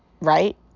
Right